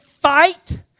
fight